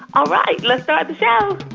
all right, let's ah but yeah